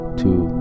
two